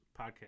podcast